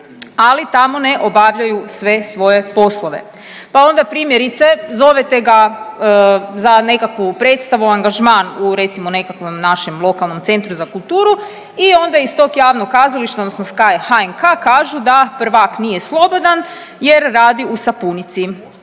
ali tamo ne obavljaju sve svoje poslove. Pa onda primjerice zovete ga za nekakvu predstavu, angažman u recimo nekakvom našem lokalnom centru za kulturu i onda iz tog javnog kazališta odnosno iz HNK-a kažu da prvak nije slobodan jer radi u sapunici,